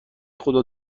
خدا